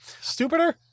Stupider